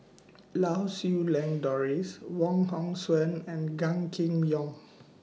Lau Siew Lang Doris Wong Hong Suen and Gan Kim Yong